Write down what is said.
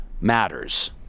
matters